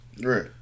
Right